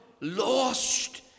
lost